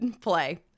play